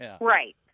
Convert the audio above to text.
Right